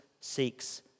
seeks